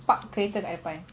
park kereta dekat depan